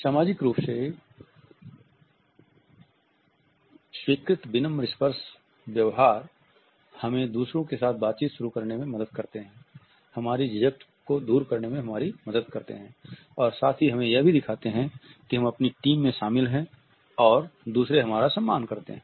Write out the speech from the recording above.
सामाजिक रूप से स्वीकृत विनम्र स्पर्श व्यवहार हमें दूसरों के साथ बातचीत शुरू करने में मदद करते हैं हमारी झिझक को दूर करने में हमारी मदद करते हैं और साथ ही हमें यह भी दिखाते हैं कि हम अपनी टीम में शामिल हैं और दूसरे हमारा सम्मान करते हैं